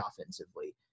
offensively